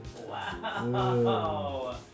Wow